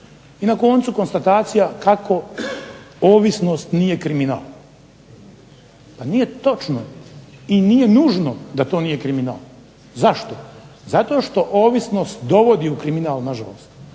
I na koncu, konstatacija kako ovisnost nije kriminal. Pa nije točno i nije nužno da to nije kriminal. Zašto? Zato što ovisnost dovodi u kriminal, nažalost.